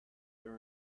there